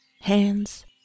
hands